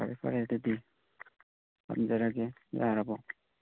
ꯐꯔꯦ ꯐꯔꯦ ꯑꯗꯨꯗꯤ ꯊꯝꯖꯔꯒꯦ ꯌꯥꯔꯕꯣ